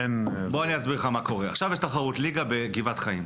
בוא אני אסביר לך מה קורה: עכשיו יש תחרות ליגה בגבעת חיים,